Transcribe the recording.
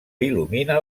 il·lumina